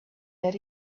that